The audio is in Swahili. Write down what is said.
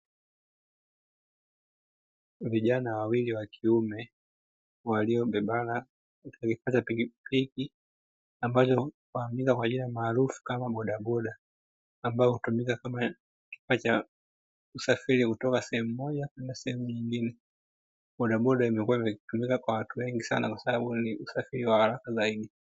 Vijana wawili wa kiume waliobebana wamepanda pikipiki ambayo, inajulikana kwa jina maarufu kama bodaboda. Ambapo hutumika kama kifaa cha usafir kutoka sehemu mmoja kwenda sehemu nyingine. Bodaboda imekuwa ikitumiwa na watu wengi kwa sababu ni usafiri wa haraka zaidi.